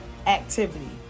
activity